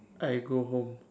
I go home